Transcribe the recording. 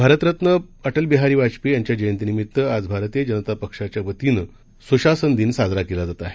भारतरत्नअटलबिहारीवाजपेयीयांच्याजयंतीनिमित्तआजभारतीयजनतापक्षाच्यावतीनंस् शासनदिनसाजराकेलाजातआहे